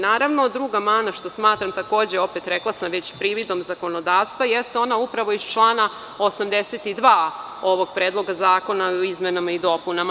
Naravno, druga mana, što smatram takođe, već sam rekla prividnom zakonodavstva, jeste ona upravo iz člana 82. ovog Predloga zakona o izmenama i dopunama.